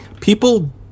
people